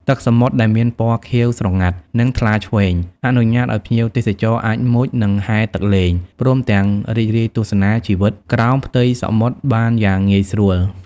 ទឹកសមុទ្រដែលមានពណ៌ខៀវស្រងាត់ និង ថ្លាឈ្វេង អនុញ្ញាតឲ្យភ្ញៀវទេសចរអាចមុជ និង ហែលទឹកលេង ព្រមទាំងរីករាយទស្សនាជីវិតក្រោមផ្ទៃសមុទ្របានយ៉ាងងាយស្រួល។